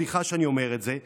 סליחה שאני אומר את זה,